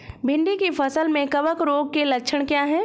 भिंडी की फसल में कवक रोग के लक्षण क्या है?